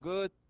Good